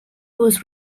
was